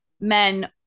men